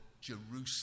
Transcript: Jerusalem